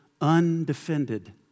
undefended